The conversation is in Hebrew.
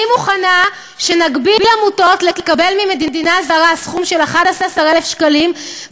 אני מוכנה שנגביל עמותות לקבל ממדינה זרה סכום של 11,000 שקלים,